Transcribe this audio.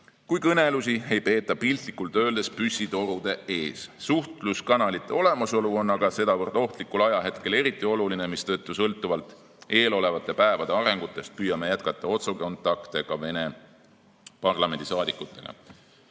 kui kõnelusi ei peeta piltlikult öeldes püssitorude ees. Suhtluskanalite olemasolu on aga sedavõrd ohtlikul ajal eriti oluline, mistõttu sõltuvalt eelolevate päevade arengusuundadest püüame jätkata otsekontakte ka Vene parlamendisaadikutega. Head